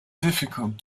difficult